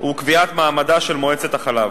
הוא קביעת מעמדה של מועצת החלב.